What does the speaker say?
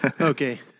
Okay